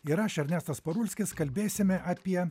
ir aš ernestas parulskis kalbėsime apie